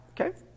Okay